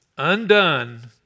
Undone